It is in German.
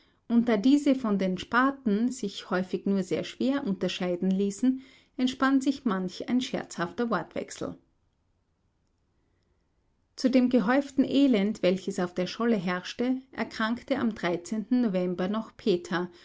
und da diese von den spaten sich häufig nur sehr schwer unterscheiden ließen entspann sich manch ein scherzhafter wortwechsel zu dem gehäuften elend welches auf der scholle herrschte erkrankte am november noch peter